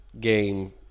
game